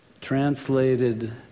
translated